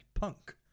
punk